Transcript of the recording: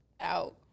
out